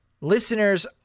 listeners